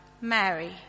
Mary